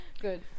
Good